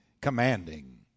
commanding